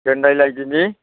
दोनलाय लायदिनि